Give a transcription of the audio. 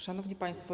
Szanowni Państwo!